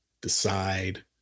decide